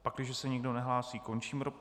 Pakliže se nikdo nehlásí, končím rozpravu.